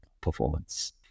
performance